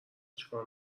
چیکار